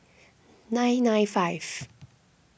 nine nine five